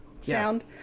sound